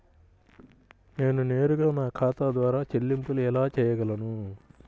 నేను నేరుగా నా ఖాతా ద్వారా చెల్లింపులు ఎలా చేయగలను?